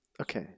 okay